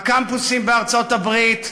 הקמפוסים בארצות-הברית,